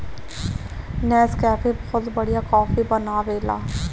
Nescafe बहुते बढ़िया coffee बनावेला